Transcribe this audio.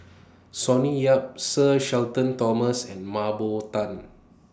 Sonny Yap Sir Shenton Thomas and Mah Bow Tan